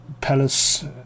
palace